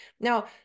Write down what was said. Now